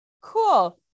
cool